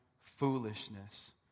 foolishness